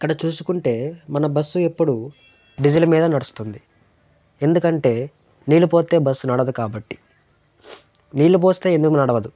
ఇక్కడ చూసుకుంటే మన బస్సు ఎప్పుడూ డీజిల్ మీద నడుస్తుంది ఎందుకంటే నీళ్ళు పోస్తే బస్సు నడవదు కాబట్టి ఎందుకంటే నీళ్ళు పోస్తే ఎందుకు నడవదు